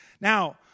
Now